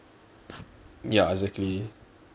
ya exactly